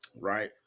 right